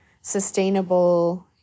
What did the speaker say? sustainable